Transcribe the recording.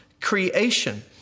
creation